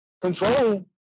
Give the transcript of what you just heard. control